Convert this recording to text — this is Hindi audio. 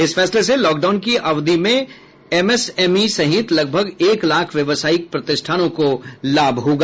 इस फैसले से लॉकडाउन की अवधि में एमएसएमई सहित लगभग एक लाख व्यवसायिक प्रतिष्ठानों को लाभ होगा